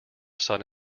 son